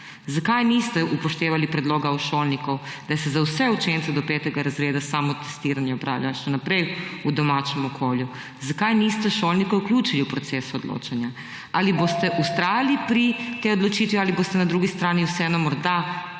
Zakaj niste upoštevali predloga šolnikov, da se za vse učence do 5. razreda samotestiranje opravlja še naprej v domačem okolju? Zakaj niste šolnikov vključili v proces odločanja? Ali boste vztrajali pri tej odločitvi ali boste na drugi strani vseeno morda